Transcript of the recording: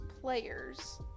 players